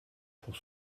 pour